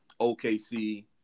OKC